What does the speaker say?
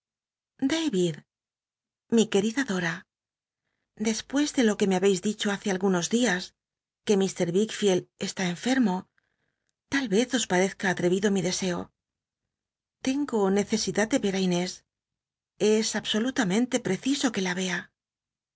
mi querida do despues de lo que me habeis dicho hace algunos dias fuc mr wickflcld estaba enfermo tal ez os parezca ahc ido mi deseo tengo necesidad de e ü inés es absolutamente pr'cciso que la ym